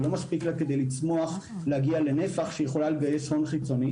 זה לא מספיק לה כדי לצמוח ולהגיע לנפח שהיא יכולה לגייס הון חיצוני.